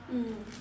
mm